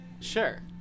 sure